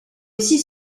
aussi